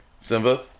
Simba